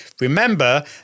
remember